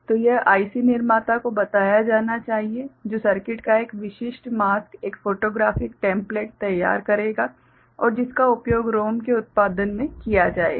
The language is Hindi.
तो यह आईसी निर्माता को बताया जाना चाहिए जो सर्किट का एक विशिष्ट मास्क एक फोटोग्राफिक टेम्पलेट तैयार करेगा और जिसका उपयोग रोम के उत्पादन में किया जाएगा